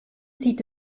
sieht